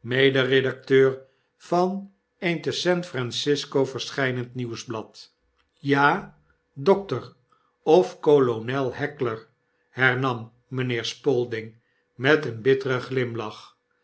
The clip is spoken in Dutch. mederedacteur van een te s a n francisco verschynend nieuwsblad ja doctor of kolonel heckler hernam mynheer spalding met een bitteren glimlach